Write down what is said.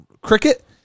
cricket